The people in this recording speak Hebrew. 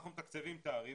אנחנו מתקצבים תעריף,